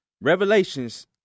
Revelations